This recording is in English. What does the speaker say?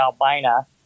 Albina